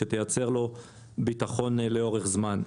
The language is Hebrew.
שתייצר לו ביטחון לאורך זמן.